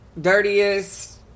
dirtiest